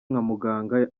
nk’umuganga